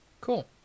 Cool